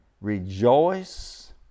rejoice